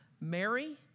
Mary